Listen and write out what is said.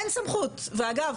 אגב,